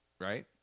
right